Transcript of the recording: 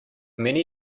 many